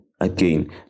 again